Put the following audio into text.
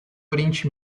oriente